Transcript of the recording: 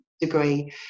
degree